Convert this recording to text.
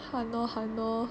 !hannor! !hannor!